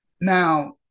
Now